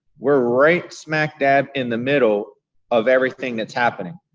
we're right smack dab in the middle of everything that's happening.